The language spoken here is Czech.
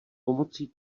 pomocí